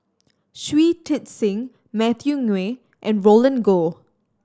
Shui Tit Sing Matthew Ngui and Roland Goh